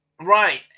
Right